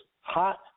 hot